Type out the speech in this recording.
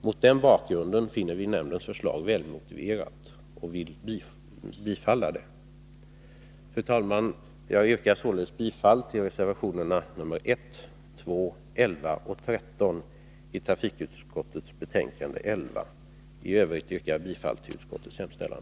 Mot den bakgrunden finner vi nämndens förslag välmotiverat och vill bifalla det. Fru talman! Jag yrkar således bifall till reservationerna 1, 2, 11 och 13 vid trafikutskottets betänkande 11. I övrigt yrkar jag bifall till utskottets hemställan.